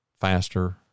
faster